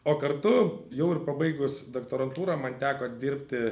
o kartu jau ir pabaigus doktorantūrą man teko dirbti